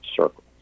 circles